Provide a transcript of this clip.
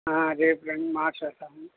రేపు రండి మాట్లాడ్తాము